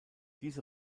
diese